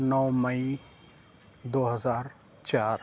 نو مئی دو ہزار چار